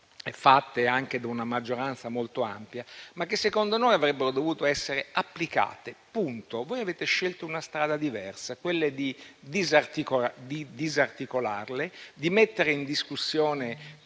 fatte anche da una maggioranza molto ampia, ma che secondo noi avrebbero dovuto essere applicate. Voi avete scelto una strada diversa, quella di disarticolarle, di mettere in discussione